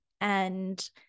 and-